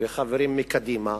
וחברים מקדימה,